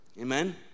Amen